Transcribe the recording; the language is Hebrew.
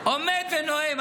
עומד ונואם.